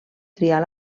triar